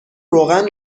روغن